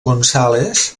gonzález